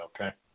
okay